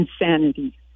insanity